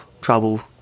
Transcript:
trouble